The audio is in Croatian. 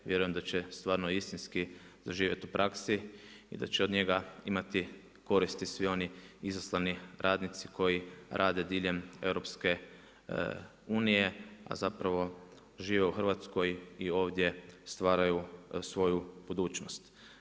Vjerujem da će stvarno istinski doživjeti u praksi i da će od njega imati koristi svi oni izlasani radnici koji rade diljem EU, a zapravo žive u Hrvatskoj i ovdje stvaraju svoju budućnost.